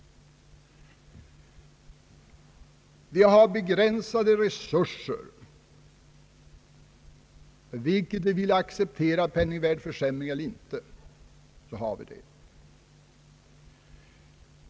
Vi har begränsade resurser vare sig vi vill acceptera en penningvärdeförsämring eller inte.